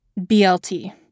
BLT